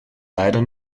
leider